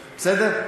בסדר?